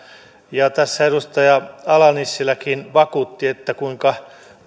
tässä edustaja ala nissiläkin vakuutti kuinka